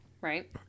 Right